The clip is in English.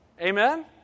Amen